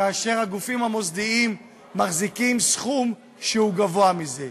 כאשר הגופים המוסדיים מחזיקים סכום שהוא גבוה מזה.